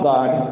God